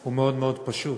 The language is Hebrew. הוא מאוד מאוד פשוט.